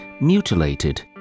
mutilated